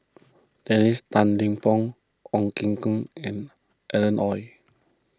Dennis Tan Lip Fong Ong Ye Kung and Alan Oei